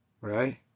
Right